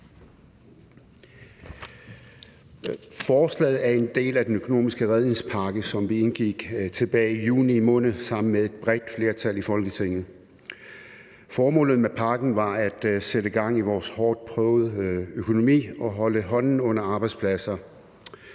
Forslaget er en del af den økonomiske redningspakke, som vi indgik tilbage i juni måned sammen med et bredt flertal i Folketinget. Formålet med pakken var at sætte gang i vores hårdtprøvede økonomi og holde hånden under arbejdspladser.